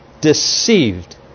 deceived